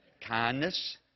kindness